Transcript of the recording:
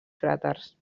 cràters